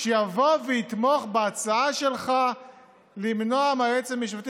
שיבוא ויתמוך בהצעה שלך למנוע מהיועץ המשפטי